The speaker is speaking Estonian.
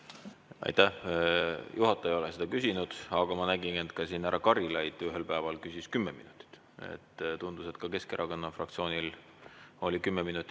Aitäh! Juhataja ei ole seda küsinud, aga ma nägin, et siin ka härra Karilaid ühel päeval küsis kümme minutit. Tundus, et ka Keskerakonna fraktsioonile oli kümme minutit